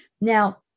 Now